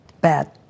Bad